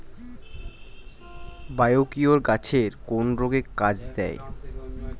Biocure গাছের কোন রোগে কাজেদেয়?